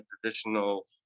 traditional